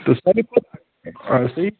آ صحیح